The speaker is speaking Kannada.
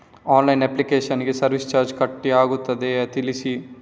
ಆನ್ಲೈನ್ ಅಪ್ಲಿಕೇಶನ್ ಗೆ ಸರ್ವಿಸ್ ಚಾರ್ಜ್ ಕಟ್ ಆಗುತ್ತದೆಯಾ ತಿಳಿಸಿ?